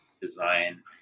design